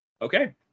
Okay